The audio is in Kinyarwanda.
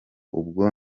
ubwo